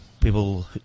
people